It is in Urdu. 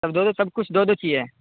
دو دو سب کچھ دو دو چاہیے